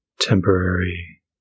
temporary